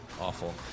awful